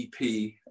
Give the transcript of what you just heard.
EP